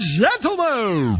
gentlemen